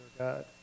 God